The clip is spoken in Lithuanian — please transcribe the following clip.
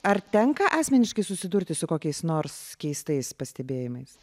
ar tenka asmeniškai susidurti su kokiais nors keistais pastebėjimais